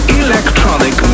electronic